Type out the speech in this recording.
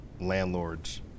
landlords